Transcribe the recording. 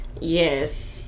yes